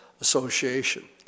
Association